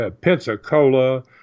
Pensacola